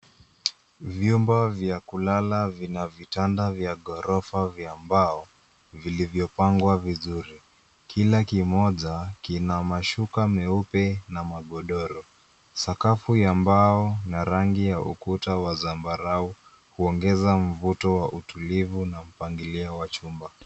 Vyumba vya kulala vina vitanda vya ghorofa vya mbao vilivyopangwa vizuri. Kila kimoja kina mashuka meupe na magodoro. Sakafu ya mbao na rangi ya ukuta wa zambarau huongeza mvuto wa utulivu na mpangilio wa chumba.